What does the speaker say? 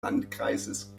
landkreises